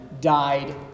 died